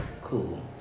cool